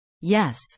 Yes